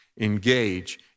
engage